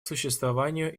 существованию